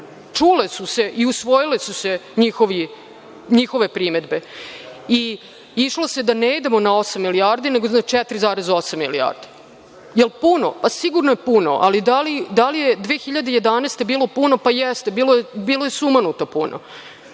čule su se i usvojile su se njihove primedbe i išlo se da ne idemo na osam milijardi, nego na 4,8 milijardi. Da li je puno? Sigurno je puno, ali da li je 2011. godine bilo puno? Jeste, bilo je sumanuto puno.